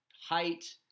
height